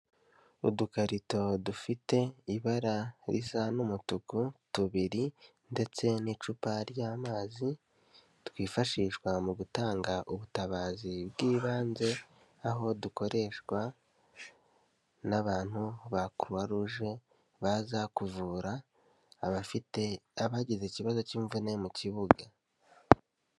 Udukarito dufite ibara risa n'umutuku tubiri ndetse n'icupa ry'amazi, twifashishwa mu gutanga ubutabazi bw'ibanze, aho dukoreshwa n'abantu ba crox rouge baza kuvura abafite, abagize ikibazo cy'imvune mu kibuga.